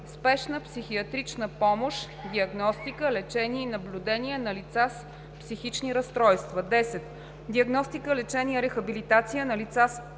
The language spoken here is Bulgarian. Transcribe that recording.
спешна психиатрична помощ, диагностика, лечение и наблюдение на лица с психични разстройства; 10. диагностика, лечение и рехабилитация на лица с остри